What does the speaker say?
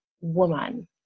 woman